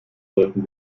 sollten